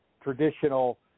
traditional